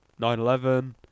911